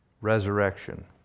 resurrection